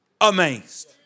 amazed